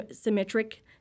symmetric